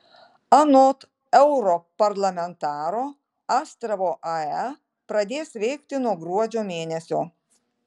anot europarlamentaro astravo ae pradės veikti nuo gruodžio mėnesio